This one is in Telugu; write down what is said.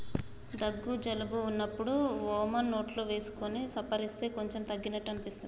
దగ్గు జలుబు వున్నప్పుడు వోమ నోట్లో వేసుకొని సప్పరిస్తే కొంచెం తగ్గినట్టు అనిపిస్తది